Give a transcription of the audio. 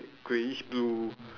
greyish blue